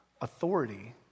authority